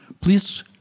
Please